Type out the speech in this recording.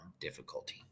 difficulty